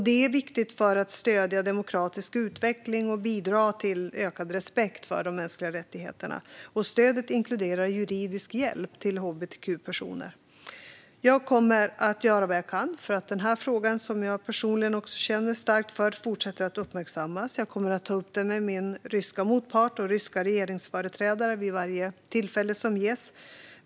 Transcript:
Det är viktigt för att stödja demokratisk utveckling och bidra till ökad respekt för de mänskliga rättigheterna. Stödet inkluderar juridisk hjälp till hbtq-personer. Jag kommer att göra vad jag kan för att denna fråga, som jag personligen känner starkt för, fortsätter att uppmärksammas. Jag kommer att ta upp den med min ryska motpart och ryska regeringsföreträdare vid varje tillfälle som ges.